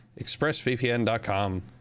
expressvpn.com